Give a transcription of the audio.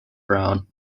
brown